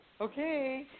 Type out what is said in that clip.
okay